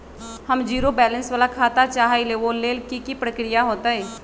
हम zero balance वाला खाता चाहइले वो लेल की की प्रक्रिया होतई?